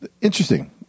interesting